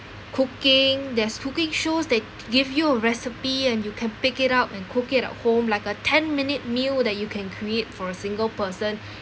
cooking there's cooking shows they give you a recipe and you can pick it up and cook it at home like a ten minute meal that you can create for a single person